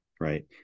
right